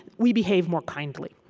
we behave more kindly.